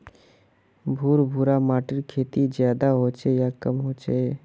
भुर भुरा माटिर खेती ज्यादा होचे या कम होचए?